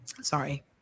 sorry